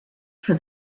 for